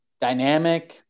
dynamic